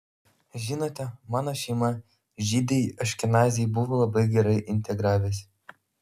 žinote mano šeima žydai aškenaziai buvo labai gerai integravęsi